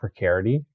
precarity